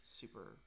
super